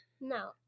No